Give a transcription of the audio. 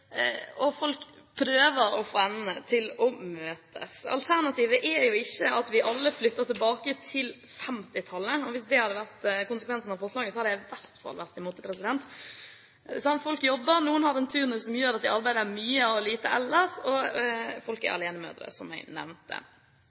og folk prøver å få endene til å møtes. Alternativet er jo ikke at vi alle flytter tilbake til 1950-tallet. Hvis det hadde vært konsekvensene av forslaget, hadde jeg i hvert fall vært imot det. Folk jobber – noen har en turnus som gjør at de arbeider mye av og til, og lite ellers, og folk er alenemødre, som jeg nevnte.